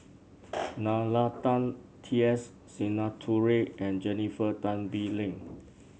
Nalla Tan T S Sinnathuray and Jennifer Tan Bee Leng